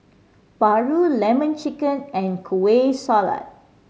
paru Lemon Chicken and Kueh Salat